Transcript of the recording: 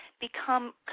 become